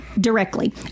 Directly